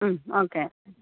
മ്മ് okay